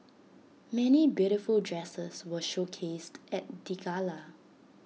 many beautiful dresses were showcased at the gala